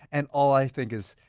and, all i think is,